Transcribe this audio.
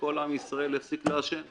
שכל עם ישראל יפסיק לעשן.